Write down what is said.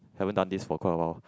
haven't done this for quite a long